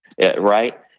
Right